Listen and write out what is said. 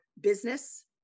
business